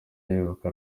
yibuka